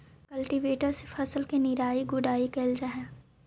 cultivator से फसल के निराई गुडाई कैल जा हई